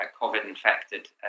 COVID-infected